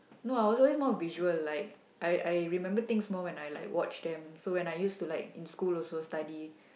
no I always more of visual like I I remember things more when I like watch then so when I used to like in school also study